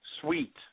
sweet